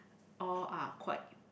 all are quite